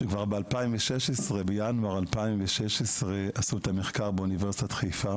שכבר בינואר 2016 עשו את המחקר באוניברסיטת חיפה